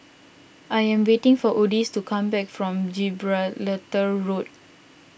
I am waiting for Odis to come back from Gibraltar Road